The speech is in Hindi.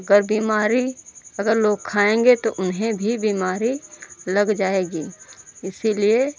अगर बीमारी अगर लोग खाएँगे तो उन्हें भी बीमारी लग जाएगी इसीलिए